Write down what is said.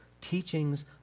teachings